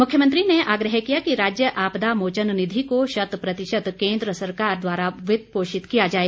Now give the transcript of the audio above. मुख्यमंत्री ने आग्रह किया कि राज्य आपदा मोचन निधि को शत प्रतिशत केंद्र सरकार द्वारा पोषित किया जाए